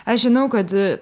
aš žinau kad